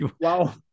Wow